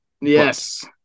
yes